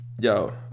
Yo